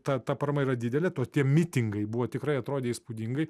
ta ta parama yra didelė tie mitingai buvo tikrai atrodė įspūdingai